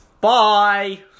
bye